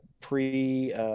pre